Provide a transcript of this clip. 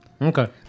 Okay